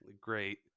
Great